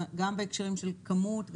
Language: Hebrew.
גם בהקשרים של כמות,